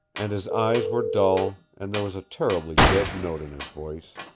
and his eyes were dull, and there was a terribly dead note in his voice.